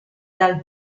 dal